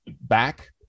back